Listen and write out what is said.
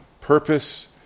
purpose